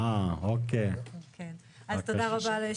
תודה רבה,